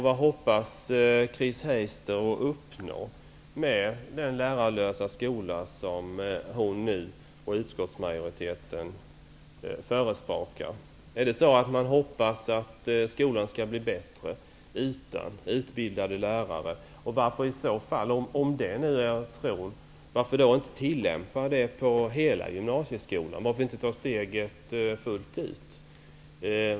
Vad hoppas Chris Heister uppnå med den lärarlösa skola som hon och utskottsmajoriteten nu förespråkar? Hoppas man att skolan skall bli bättre utan utbildade lärare? Om det nu är förhoppningen, varför då inte tillämpa det på hela gymnasieskolan? Varför inte ta steget fullt ut?